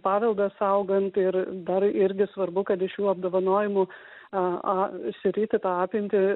paveldą saugant ir dar irgi svarbu kad šiuo apdovanojimu a sritį tą apimtį